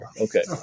Okay